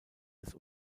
des